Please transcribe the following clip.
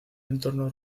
entorno